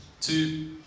two